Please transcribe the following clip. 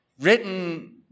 written